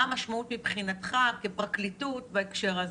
מה המשמעות מבחינתך כפרקליטות בהקשר הזה?